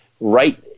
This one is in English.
right